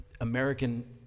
American